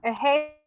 Hey